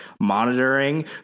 Monitoring